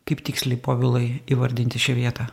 kaip tiksliai povilai įvardinti šią vietą